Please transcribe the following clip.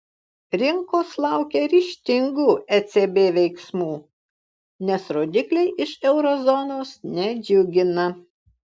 rinkos laukia ryžtingų ecb veiksmų nes rodikliai iš euro zonos nedžiugina